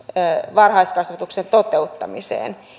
varhaiskasvatuksen toteuttamiseen